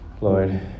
Lord